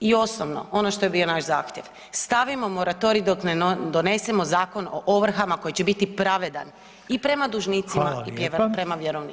I osnovno ono što je bio naš zahtjev stavimo moratorij dok ne donesemo Zakon o ovrhama koji će biti pravedan i prema dužnicima i prema [[Upadica: Hvala vam lijepa.]] vjerovnicima.